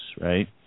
right